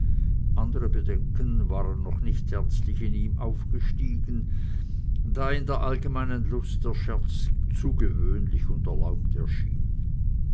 andere bedenken waren noch nicht ernstlich in ihm aufgestiegen da in der allgemeinen lust der scherz zu gewöhnlich und erlaubt